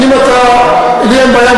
לי אין בעיה,